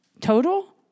Total